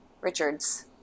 Richards